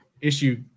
issue